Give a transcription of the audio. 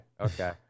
Okay